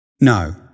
No